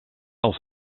als